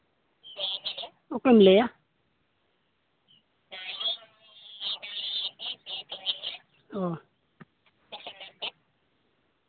ᱚᱠᱚᱭᱮᱢ ᱞᱟᱹᱭᱮᱫᱼᱟ ᱚ